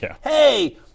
Hey